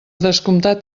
descomptat